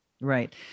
right